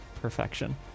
perfection